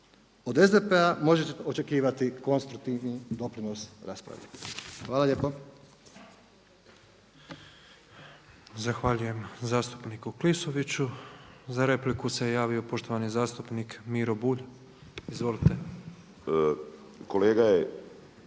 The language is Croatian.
Od SDP-a možete očekivati konstruktivni doprinos raspravi. Hvala lijepo. **Petrov, Božo (MOST)** Zahvaljujem zastupniku Klisoviću. Za repliku se javio poštovani zastupnik Miro Bulj. Izvolite. **Bulj,